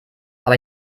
aber